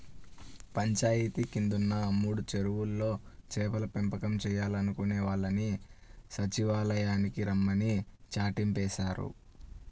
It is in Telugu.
పంచాయితీ కిందున్న మూడు చెరువుల్లో చేపల పెంపకం చేయాలనుకునే వాళ్ళని సచ్చివాలయానికి రమ్మని చాటింపేశారు